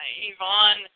Yvonne